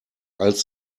als